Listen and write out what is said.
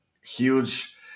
huge